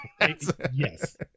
Yes